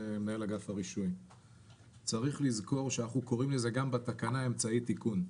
צריך לזכור שאנחנו קוראים לזה גם בתקנה אמצעי תיקון.